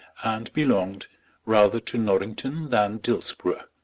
and belonged rather to norrington than dillsborough.